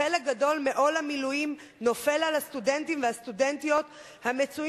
חלק גדול מעול הלימודים נופל על הסטודנטים והסטודנטיות המצויים